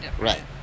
right